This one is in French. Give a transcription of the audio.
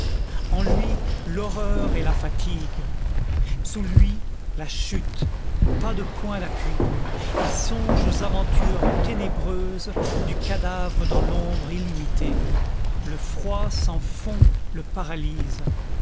en lui l'horreur et la fatigue sous lui la chute pas de point d'appui il songe aux aventures ténébreuses du cadavre dans l'ombre illimitée le froid sans fond le paralyse